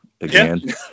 again